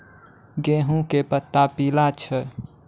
गेहूँ के पत्ता पीला छै?